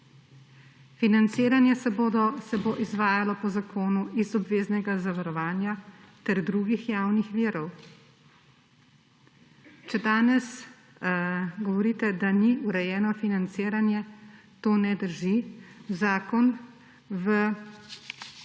Financiranje se bo izvajalo po zakonu iz obveznega zavarovanja ter drugih javnih virov. Če danes govorite, da ni urejeno financiranje, to ne drži. Zakon v